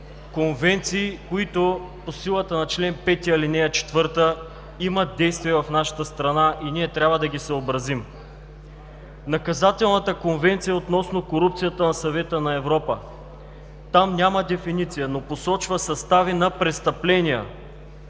конвенции, които по силата на чл. 5, ал. 4 имат действие в нашата страна и ние трябва да ги съобразим. Наказателната Конвенция относно корупцията на Съвета на Европа. Там няма дефиниция, но посочва състави на престъпления.